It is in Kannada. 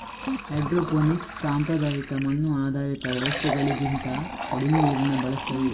ಹೈಡ್ರೋಫೋನಿಕ್ಸ್ ಸಾಂಪ್ರದಾಯಿಕ ಮಣ್ಣು ಆಧಾರಿತ ವ್ಯವಸ್ಥೆಗಳಿಗಿಂತ ಕಡಿಮೆ ನೀರನ್ನ ಬಳಸ್ತದೆ